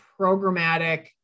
programmatic